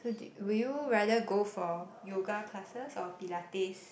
so do will you rather go for yoga classes or pilates